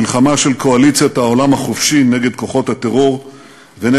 מלחמה של קואליציית העולם החופשי נגד כוחות הטרור ונגד